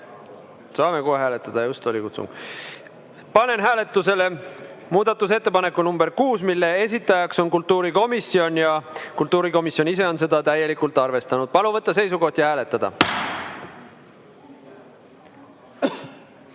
Saame kohe hääletada, just oli kutsung. Panen hääletusele muudatusettepaneku nr 6, mille esitajaks on kultuurikomisjon ja kultuurikomisjon ise on seda täielikult arvestanud. Palun võtta seisukoht ja hääletada!